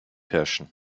herrschen